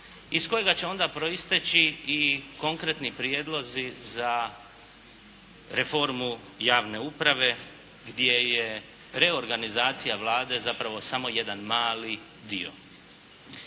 iz kojega će onda proisteći i konkretni prijedlozi za reformu javne uprave gdje je reorganizacija Vlade zapravo samo jedan mali dio.